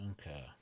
Okay